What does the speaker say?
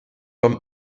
comme